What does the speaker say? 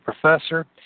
professor